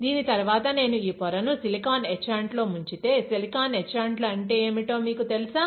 దీని తరువాత నేను ఈ పొరను సిలికాన్ ఎట్చాన్ట్ లో ముంచితే సిలికాన్ ఎట్చాన్ట్ లు అంటే ఏమిటో మీకు తెలుసా